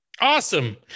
Awesome